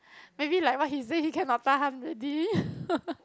maybe like what he say he cannot tahan already